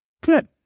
Good